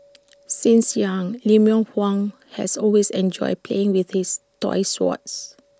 since young Lemuel Huang has always enjoyed playing with his toy swords